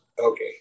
Okay